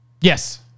Yes